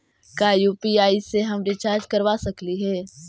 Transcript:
का यु.पी.आई से हम रिचार्ज करवा सकली हे?